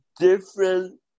different